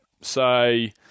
Say